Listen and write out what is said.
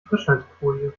frischhaltefolie